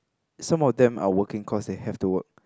some of them are working cause they have to work